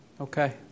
Okay